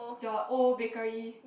your old bakery